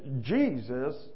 Jesus